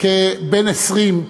כבן 20,